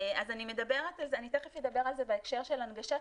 אני תיכף אדבר על זה בהקשר של הנגשה,